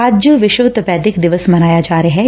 ਅੱਜ ਵਿਸ਼ਵ ਤਪੇਦਿਕ ਦਿਵਸ ਮਨਾਇਆ ਜਾ ਰਿਹੈ